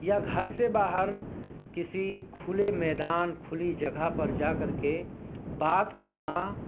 یا گھر سے باہر کسی کھلے میدان کھلی جگہ پر جا کر کے بات کرنا